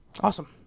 Awesome